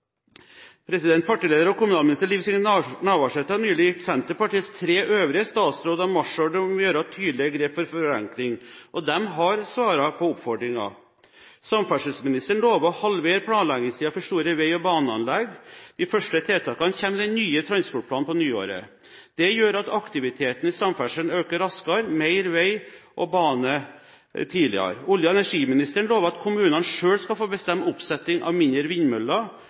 Partileder og kommunalminister Liv Signe Navarsete har nylig gitt Senterpartiets tre øvrige statsråder marsjordre om å gjøre tydelige grep for forenkling – og de har svart på oppfordringen: Samferdselsministeren lover å halvere planleggingstiden for store vei- og baneanlegg. De første tiltakene kommer i den nye transportplanen på nyåret. Det gjør at aktiviteten i samferdsel øker raskere – mer vei og bane tidligere. Olje- og energiministeren lover at kommunene selv skal få bestemme oppsetting av mindre vindmøller